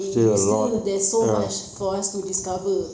you still there's so much for us to discover